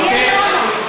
מעניין למה.